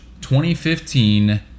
2015